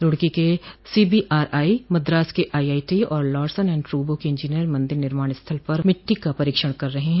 रूडकी के सीबीआरआई मद्रास के आईआईटी और लारसन एण्ड ट्रब्रा के इंजीनियर मंदिर निर्माण स्थल पर मिट्टी का परीक्षण कर रहे हैं